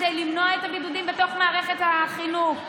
כדי למנוע את הבידודים בתוך מערכת החינוך.